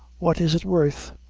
what is it worth?